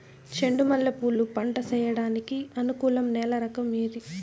చెండు మల్లె పూలు పంట సేయడానికి అనుకూలం నేల రకం ఏది